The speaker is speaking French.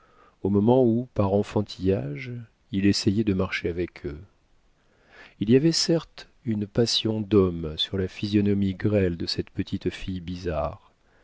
au moment où par enfantillage il essayait de marcher avec eux il y avait certes une passion d'homme sur la physionomie grêle de cette petite fille